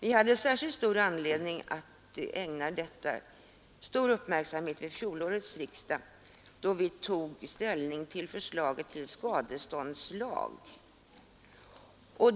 Vi hade särskild anledning att ägna denna fråga stor uppmärksamhet vid fjolårets riksdag då vi tog ställning till förslaget om skadeståndslag.